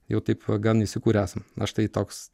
jau taip gan įsikūrę esam aš tai toks